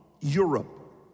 Europe